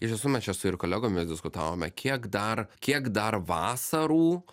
iš tiesų mes čia su ir kolegomis diskutavome kiek dar kiek dar vasarų